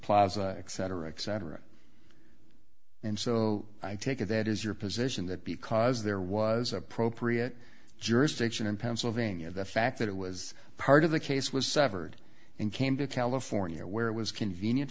plaza etc etc and so i take it that is your position that because there was appropriate jurisdiction in pennsylvania the fact that it was part of the case was severed and came to california where it was convenient